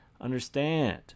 understand